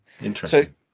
Interesting